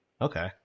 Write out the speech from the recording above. okay